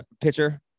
pitcher